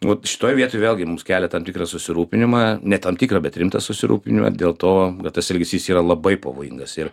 vat šitoj vietoj vėlgi mums kelia tam tikrą susirūpinimą ne tam tikrą bet rimtą susirūpinimą dėl to kad tas elgesys yra labai pavojingas ir